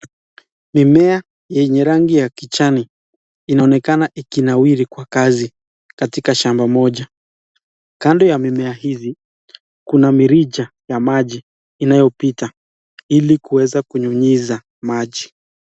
Mimea yenye rangi ya kijani inaonekana ikinawiri kwa kazi katika shamba moja. Kando ya mimea hizi kuna mirija ya maji inayopita ili kuweza kunyunyiza maji.